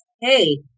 hey